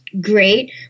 great